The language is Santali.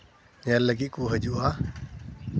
ᱧᱮᱞ ᱞᱟᱹᱜᱤᱫ ᱠᱚ ᱦᱤᱡᱩᱜᱼᱟ